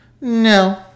No